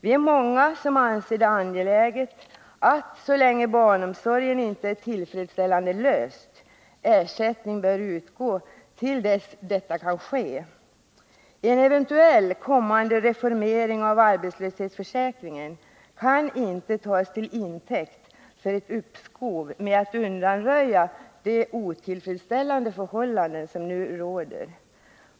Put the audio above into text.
Vi är många som anser det angeläget, att så länge barnomsorgen inte är tillfredsställande löst bör ersättning utgå till dess detta kan ske. En eventuell kommande reformering av arbetslöshetsförsäkringen kan inte tas till intäkt för ett uppskov med att undanröja de otillfredsställande förhållanden som nu råder.